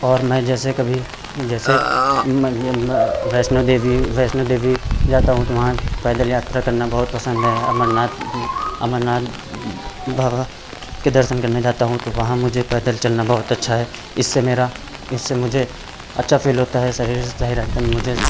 और मैं जैसे कभी जैसे मैं वैष्णो देवी वैष्णो देवी जाता हूँ तो वहाँ पैदल यात्रा करना बहुत पसंद है अमरनाथ अमरनाथ बाबा के दर्शन करने जाता हूँ तो वहाँ मुझे पैदल चलना बहुत अच्छा है इससे मेरा इससे मुझे अच्छा फील होता है और शरीर सही रहता मुझे